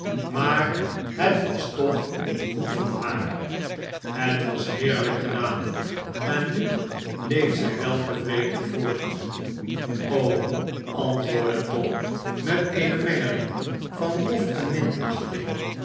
maar het was toch goed van haar het was heerlijk gedaan en nu leeft zij weltevredenyoort antwoordde tom met eene mengeling van lof